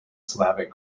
slavic